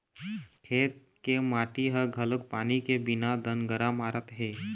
खेत के माटी ह घलोक पानी के बिना दनगरा मारत हे